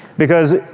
because,